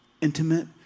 intimate